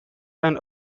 and